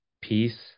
peace